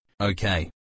okay